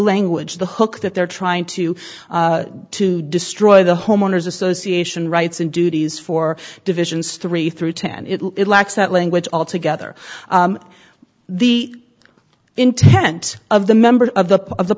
language the hook that they're trying to to destroy the homeowner's association rights and duties for divisions three through ten it lacks that language all together the intent of the members of the